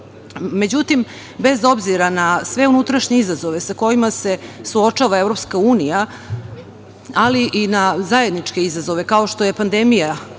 bez obzira na sve unutrašnje izazove sa kojima suočava EU, ali i na zajedničke izazove kao što je pandemija